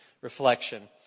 reflection